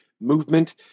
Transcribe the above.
movement